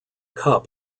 cup